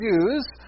Jews